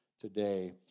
today